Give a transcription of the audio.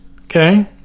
Okay